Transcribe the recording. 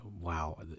wow